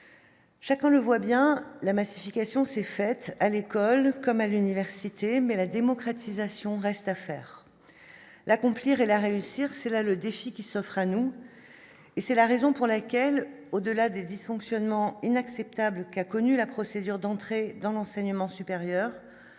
Chacun le voit bien la massification s'est faite à l'école comme à l'université mais la démocratisation reste à faire l'accomplir et la réussir, c'est là le défi qui s'offre à nous, et c'est la raison pour laquelle au-delà des dysfonctionnements inacceptables qu'a connu la procédure d'entrer dans l'enseignement supérieur,